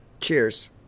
Cheers